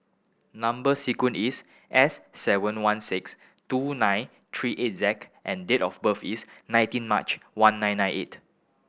number sequence is S seven one six two nine three eight Z and date of birth is nineteen March one nine nine eight